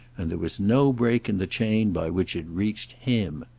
and there was no break in the chain by which it reached him.